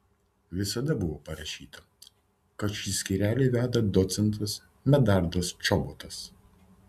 visada buvo parašyta kad šį skyrelį veda docentas medardas čobotas